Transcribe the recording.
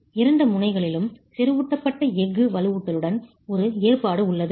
இரண்டு முனைகளிலும் செறிவூட்டப்பட்ட எஃகு வலுவூட்டலுடன் ஒரு ஏற்பாடு உள்ளது